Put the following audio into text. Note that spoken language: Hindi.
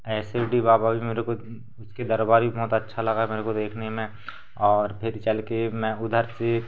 ए शिरडी बाबा भी मेरे को उसका दरबार भी बहुत अच्छा लगा मेरे को देखने में और फिर चलकर मैं उधर से